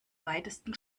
weitesten